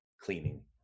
cleaning